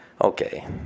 Okay